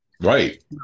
Right